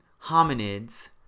hominids